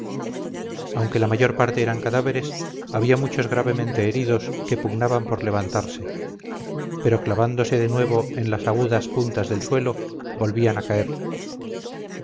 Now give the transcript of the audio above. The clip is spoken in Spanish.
aunque la mayor parte eran cadáveres había muchos gravemente heridos que pugnaban por levantarse pero clavándose de nuevo en las agudas puntas del suelo volvían a caer